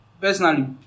personally